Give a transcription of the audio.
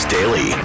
Daily